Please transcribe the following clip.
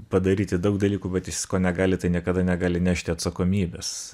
padaryti daug dalykų bet jis ko negali tai niekada negali nešti atsakomybės